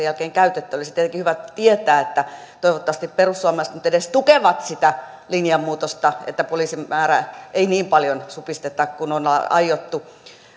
jälkeen käytetty ja olisi tietenkin hyvä tietää että toivottavasti perussuomalaiset nyt edes tukevat sitä linjanmuutosta että poliisin määrää ei niin paljon supisteta kuin on aiottu